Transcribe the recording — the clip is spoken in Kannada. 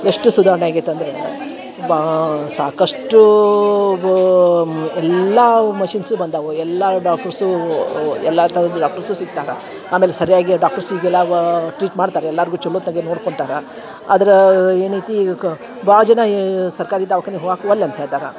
ಎಷ್ಟು ಸುಧಾರ್ಣೆ ಆಗ್ಯೈತೆ ಅಂದರೆ ಬಾ ಸಾಕಷ್ಟು ಬ ಎಲ್ಲಾವು ಮಷಿನ್ಸು ಬಂದಾವು ಎಲ್ಲ ಡಾಕ್ಟುರ್ಸೂ ಎಲ್ಲ ಥರದ್ದು ಡಾಕ್ಟರ್ಸು ಸಿಗ್ತಾರೆ ಆಮೇಲೆ ಸರಿಯಾಗಿ ಆ ಡಾಕ್ಟರ್ಸಿಗೆಲ್ಲ ವಾ ಟ್ರೀಟ್ ಮಾಡ್ತಾರೆ ಎಲ್ಲಾರಿಗು ಚಲೋತ್ತಾಗೆ ನೋಡ್ಕೊಳ್ತಾರೆ ಆದ್ರಾ ಏನೈತಿ ಈಗ ಕ ಭಾಳ್ ಜನ ಎ ಸರ್ಕಾರಿ ದವಖಾನಿಗ್ ಹೋಗಾಕೆ ಒಲ್ಲೆ ಅಂತ ಹೇಳ್ತಾರೆ